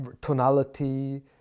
tonality